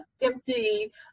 empty